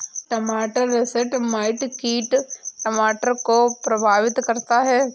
टमाटर russet mite कीट टमाटर को प्रभावित करता है